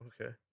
Okay